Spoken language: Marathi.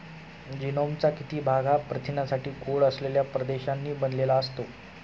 जीनोमचा किती भाग हा प्रथिनांसाठी कोड असलेल्या प्रदेशांनी बनलेला असतो?